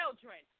children